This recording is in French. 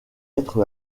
être